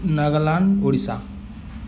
Nagaland Odisha